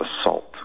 assault